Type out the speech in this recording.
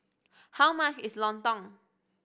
how much is lontong